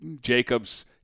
Jacobs